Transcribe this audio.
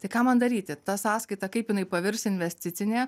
tai ką man daryti tą sąskaitą kaip jinai pavirs investicinė